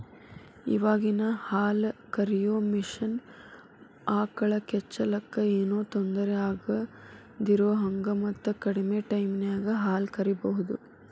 ಇವಾಗಿನ ಹಾಲ ಕರಿಯೋ ಮಷೇನ್ ಆಕಳ ಕೆಚ್ಚಲಕ್ಕ ಏನೋ ತೊಂದರೆ ಆಗದಿರೋಹಂಗ ಮತ್ತ ಕಡಿಮೆ ಟೈಮಿನ್ಯಾಗ ಹಾಲ್ ಕರಿಬಹುದು